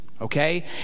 Okay